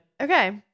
Okay